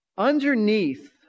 underneath